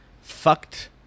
fucked